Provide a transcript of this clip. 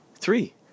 three